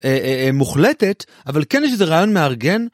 אהה מוחלטת אבל כן יש איזה רעיון מארגן.